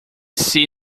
see